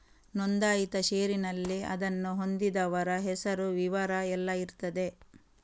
ನೋಂದಾಯಿತ ಷೇರಿನಲ್ಲಿ ಅದನ್ನು ಹೊಂದಿದವರ ಹೆಸರು, ವಿವರ ಎಲ್ಲ ಇರ್ತದೆ